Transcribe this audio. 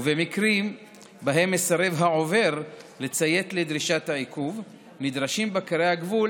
ובמקרים שבהם מסרב העובר לציית לדרישת העיכוב נדרשים בקרי הגבול,